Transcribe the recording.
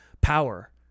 power